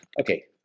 Okay